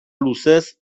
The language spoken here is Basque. luzez